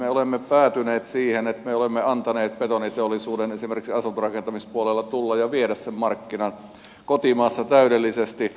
me olemme päätyneet siihen että me olemme antaneet betoniteollisuuden esimerkiksi asuntorakentamispuolella tulla ja viedä sen markkinan kotimaassa täydellisesti